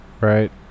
Right